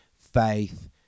Faith